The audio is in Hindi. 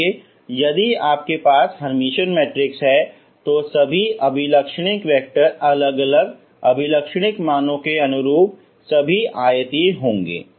इसलिए यदि आपके पास हर्मिटियन मैट्रिक्स है तो सभी अभिलक्षणिक वैक्टर अलग अलग अभिलक्षणिक मानों के अनुरूप सभी आयतीय होंगे